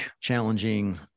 challenging